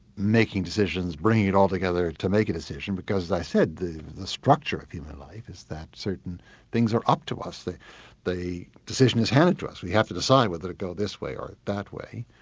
making decisions, bringing it all together to make a decision, because as i said, the the structure of human life is that certain things are up to us, that the decision is handed to us, we have to decide whether to go this way or that way,